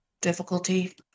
difficulty